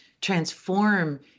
transform